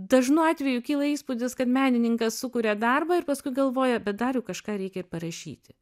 dažnu atveju kyla įspūdis kad menininkas sukuria darbą ir paskui galvoja bet dariau kažką reikia ir parašyti